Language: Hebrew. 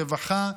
רווחה,